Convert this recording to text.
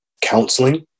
counseling